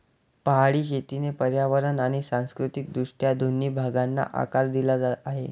पहाडी शेतीने पर्यावरण आणि सांस्कृतिक दृष्ट्या दोन्ही भागांना आकार दिला आहे